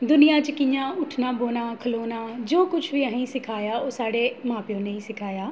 दुनिया च कि'यां उट्ठना बौह्ना खढ़ोना जो किश बी अ'सें ई सखाया ओह् साढ़े मां प्यो नै ई सखाया